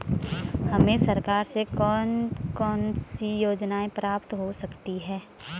हमें सरकार से कौन कौनसी योजनाएँ प्राप्त हो सकती हैं?